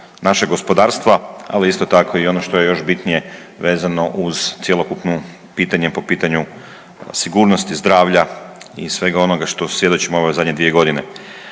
našeg gospodarstva, ali isto tako ono što je još bitnije, vezano uz cjelokupnu pitanje po pitanju sigurnosti zdravlja i svega onoga što svjedočimo ove zadnje dvije godine.